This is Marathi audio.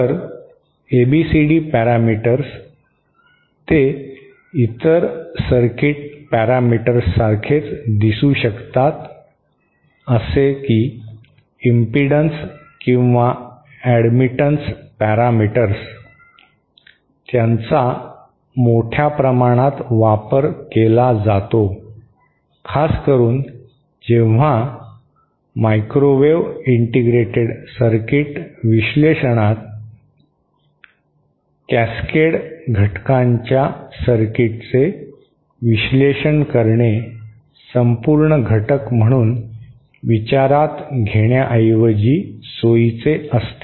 तर एबीसीडी पॅरामीटर्स ते इतर सर्किट पॅरामीटर्ससारखे दिसू शकतात जसे की इम्पिडन्स किंवा अॅडमिटन्स पॅरामीटर्स त्यांचा मोठ्या प्रमाणात वापर केला जातो खासकरुन जेव्हा मायक्रोवेव्ह सर्किट विश्लेषणात कॅसकेड घटकांच्या सर्किटचे विश्लेषण करणे संपूर्ण घटक म्हणून विचारात घेण्याऐवजी सोयीचे असते